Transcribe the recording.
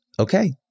okay